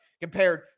compared